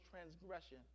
transgression